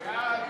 חוק רשות